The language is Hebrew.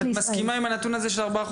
את מסכימה עם הנתון הזה של 4%,